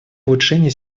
улучшение